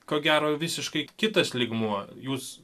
ko gero visiškai kitas lygmuo jūs